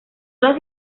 las